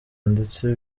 ndetse